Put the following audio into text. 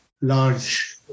large